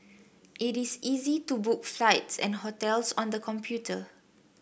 it is easy to book flights and hotels on the computer